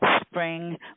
spring